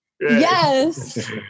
Yes